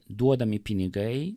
duodami pinigai